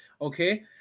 okay